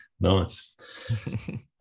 nice